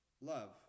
love